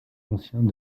anciens